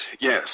Yes